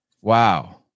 Wow